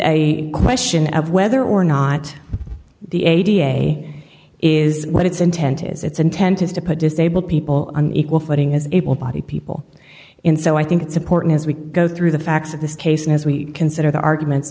a question of whether or not the eighty a is what its intent is its intent is to put disabled people on equal footing as able bodied people in so i think it's important as we go through the facts of this case and as we consider the arguments